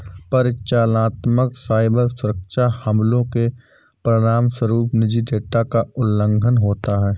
परिचालनात्मक साइबर सुरक्षा हमलों के परिणामस्वरूप निजी डेटा का उल्लंघन होता है